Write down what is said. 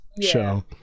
show